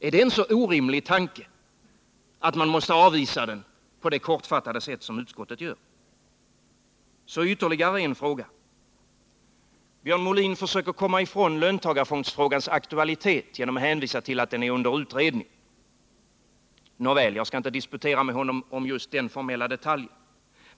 Är det en så orimlig tanke att man måste avvisa den på det kortfattade sätt som utskottet gör? Så ytterligare en fråga. Björn Molin försöker komma ifrån löntagarfondsfrågans aktualitet genom att hänvisa till att den är under utredning. Nåväl, jag skall inte disputera med honom om just den formella detaljen.